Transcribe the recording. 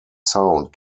sound